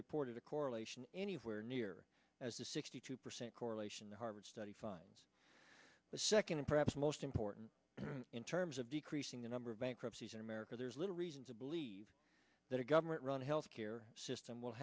reported a correlation anywhere near as the sixty two percent correlation the harvard study finds the second and perhaps most important in terms of decreasing the number of bankruptcies in america there's little reason to believe that a government run health care system w